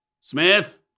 Smith